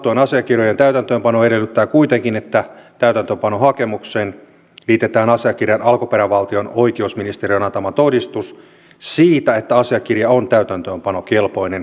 sanottujen asiakirjojen täytäntöönpano edellyttää kuitenkin että täytäntöönpanohakemukseen liitetään asiakirjan alkuperävaltion oikeusministeriön antama todistus siitä että asiakirja on täytäntöönpanokelpoinen